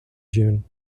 june